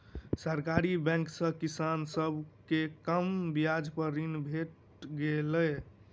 सरकारी बैंक सॅ किसान सभ के कम ब्याज पर ऋण भेट गेलै